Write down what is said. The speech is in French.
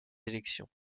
élections